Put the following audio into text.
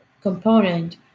component